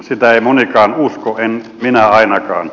sitä ei monikaan usko en minä ainakaan